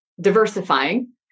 diversifying